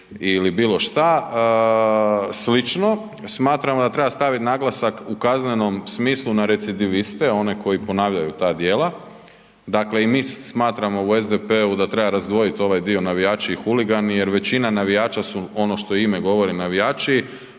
ili bilo što slično. Smatramo da treba staviti naglasak u kaznenom smislu na recidiviste, oni koji ponavljaju ta djela. Dakle i mi smatramo u SDP-u da treba razdvojiti ovaj dio navijači i huligani jer većina navijača su ono što ime govori, navijači,